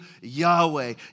Yahweh